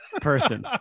person